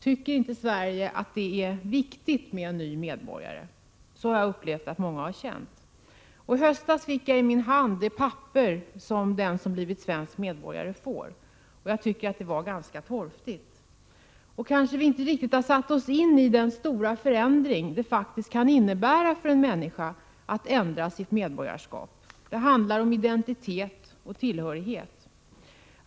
Tycker inte Sverige det är viktigt med en ny medborgare? Så har jag upplevt att många har känt det. I höstas fick jag i min hand det papper som den som blivit svensk medborgare får. Jag tycker det var ganska torftigt. Kanske vi inte riktigt har satt oss in i den stora förändring det faktiskt kan innebära för en människa att ändra sitt medborgarskap. Det handlar om identitet och tillhörighet.